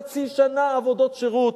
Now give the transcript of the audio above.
חצי שנה עבודות שירות,